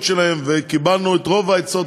את ההערות שלהם,